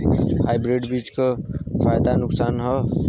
Hybrid बीज क का फायदा नुकसान ह?